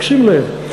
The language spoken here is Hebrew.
רק שים לב,